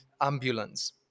ambulance